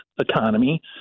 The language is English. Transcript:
economy